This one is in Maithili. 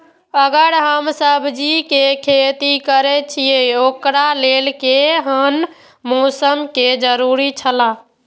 अगर हम सब्जीके खेती करे छि ओकरा लेल के हन मौसम के जरुरी छला?